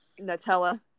Nutella